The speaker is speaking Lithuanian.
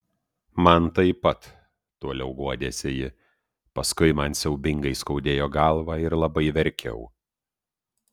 man taip pat toliau guodėsi ji paskui man siaubingai skaudėjo galvą ir labai verkiau